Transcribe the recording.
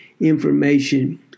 information